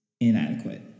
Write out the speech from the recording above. inadequate